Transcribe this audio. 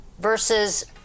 versus